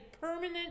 permanent